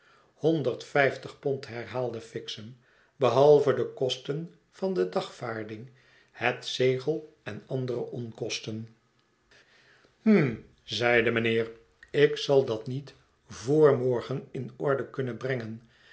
honderd vijftigpond'herhaalde fixem behalve de kosten van de dagvaarding het zegel en andere onkosten hm zei de meneer ik zal dat niet voor morgen in orde kunnen brengen